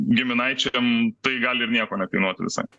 giminaičiam tai gali ir nieko nekainuoti visai